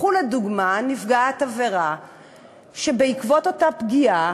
קחו לדוגמה נפגעת עבירה שבעקבות אותה פגיעה